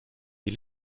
die